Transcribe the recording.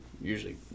usually